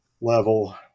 level